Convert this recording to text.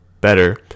better